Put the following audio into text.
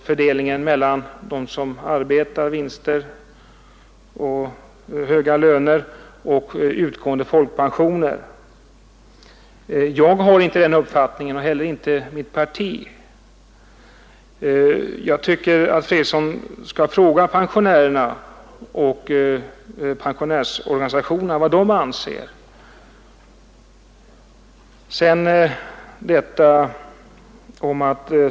Jag menar då avvägningen mellan höga löner och utgående folkpensioner. Jag tycker inte att den fördelningen är rimlig, och det tycker inte heller mitt parti. Herr Fredriksson skall kanske fråga pensionärerna och deras organisationer vad de anser.